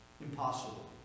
Impossible